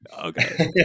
okay